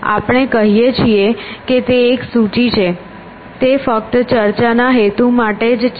આપણે કહીએ છીએ કે તે એક સૂચિ છે તે ફક્ત ચર્ચાના હેતુ માટે જ છે